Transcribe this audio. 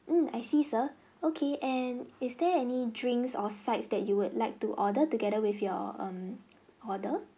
mm I see sir okay and is there any drinks or sides that you would like to order together with your um order